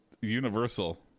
Universal